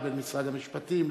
לבין משרד המשפטים,